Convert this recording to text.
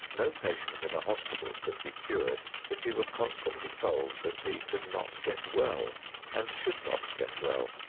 no patient in a hospital could be cured if he were constantly told that he could not get well and should not get well.